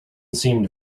seemed